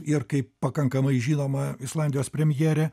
ir kaip pakankamai žinoma islandijos premjerė